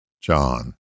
John